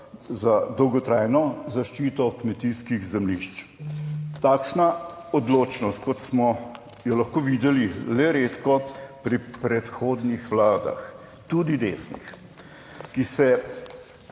za dolgotrajno zaščito kmetijskih zemljišč. Takšna odločnost, kot smo jo lahko videli le redko pri predhodnih vladah, tudi desnih, ki se